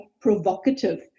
provocative